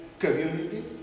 Community